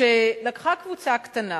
לקחה קבוצה קטנה